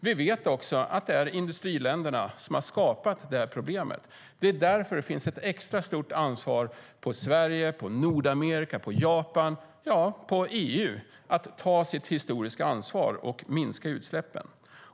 Vi vet också att det är industriländerna som har skapat problemet. Därför ligger det ett extra stort ansvar på Sverige, på Nordamerika, på Japan och på EU att ta sitt historiska ansvar och minska utsläppen.